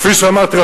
כפי שאמרתי,